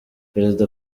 perezida